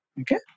okay